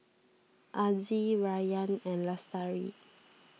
Aziz Rayyan and Lestari